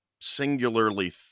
singularly